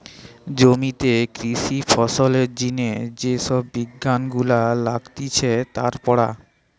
জমিতে কৃষি ফলনের জিনে যে সব বিজ্ঞান গুলা লাগতিছে তার পড়া